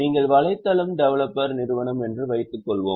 நீங்கள் வலைதளம் டெவலப்பர் நிறுவனம் என்று வைத்துக்கொள்வோம்